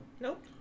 Nope